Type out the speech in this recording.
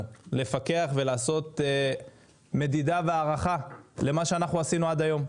לפקח ולעשות מדידה והערכה למה שעשינו עד היום.